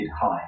high